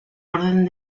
orden